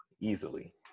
easily